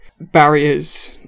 barriers